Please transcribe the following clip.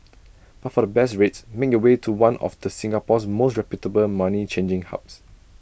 but for the best rates make your way to one of the Singapore's most reputable money changing hubs